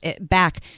back